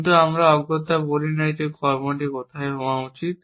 কিন্তু আমরা অগত্যা বলি না যে কর্মটি কোথায় হওয়া উচিত